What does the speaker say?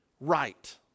right